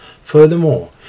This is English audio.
Furthermore